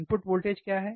input voltage क्या है